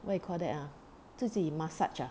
what you call that ah 自己 massage ah